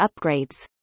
upgrades